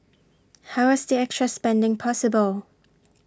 how was the extra spending possible